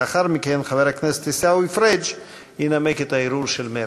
לאחר מכן חבר הכנסת עיסאווי פריג' ינמק את הערעור של מרצ.